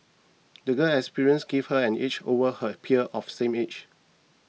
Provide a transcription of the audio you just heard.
the girl's experiences gave her an edge over her peers of same age